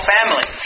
Family